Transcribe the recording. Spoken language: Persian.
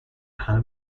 همه